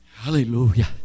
Hallelujah